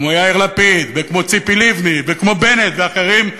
כמו יאיר לפיד וכמו ציפי לבני וכמו בנט ואחרים,